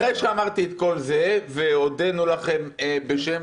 אחרי שאמרתי את כל זה והודינו לכם בשם